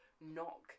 Knock